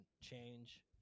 change